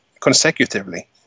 consecutively